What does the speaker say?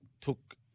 took